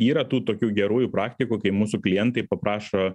yra tų tokių gerųjų praktikų kai mūsų klientai paprašo